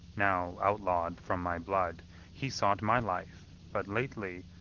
now outlaw'd from my blood he sought my life but lately,